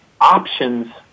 options